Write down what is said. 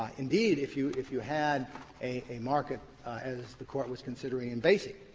um indeed if you if you had a market as the court was considering in basic,